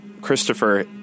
Christopher